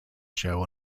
show